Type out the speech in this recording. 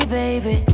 baby